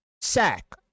sack